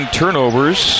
turnovers